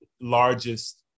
largest